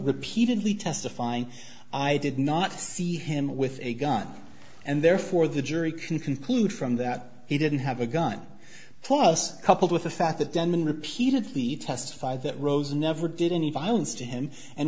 repeatedly testifying i did not see him with a gun and therefore the jury can conclude from that he didn't have a gun plus coupled with the fact that denman repeatedly testified that rose never did any violence to him and